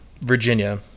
Virginia